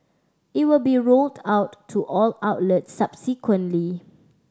it will be rolled out to all outlets subsequently